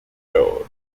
toad